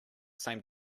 same